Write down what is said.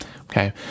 Okay